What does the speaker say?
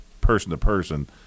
person-to-person